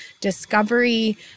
discovery